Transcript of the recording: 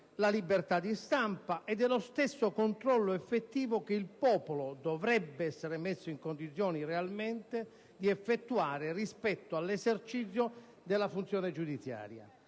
la libertà di stampa e lo stesso controllo effettivo che il popolo dovrebbe essere messo in condizioni realmente di effettuare rispetto all'esercizio della funzione giudiziaria.